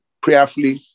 prayerfully